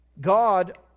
God